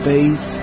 Faith